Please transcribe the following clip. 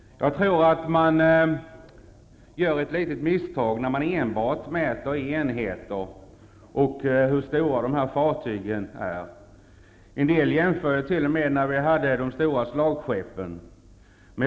Jag tror man gör ett misstag när man enbart mäter i enheter och storlekar på fartyg. En del gör t.o.m. jämförelser med när vi hade de stora slagskeppen.